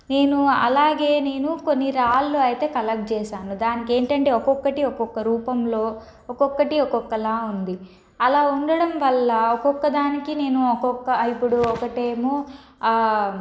నేనూ అలాగే నేను కొన్ని రాళ్ళు అయితే కలక్ట్ చేసాను దానికేంటంటే ఒకొక్కటి ఒక్కొక్క రూపంలో ఒకొక్కటి ఒక్కొక్కలా ఉంది అలా ఉండడం వల్ల ఒకొక్కదానికి నేను ఒకొక్క ఇప్పుడు ఒకటేమో